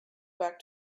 back